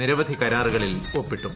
നിരവധി കരാറുകളിൽ ഒപ്പിട്ടു